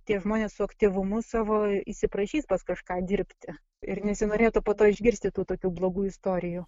tie žmonės su aktyvumu savo įsiprašys pas kažką dirbti ir nesinorėtų po to išgirsti tų tokių blogų istorijų